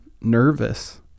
nervous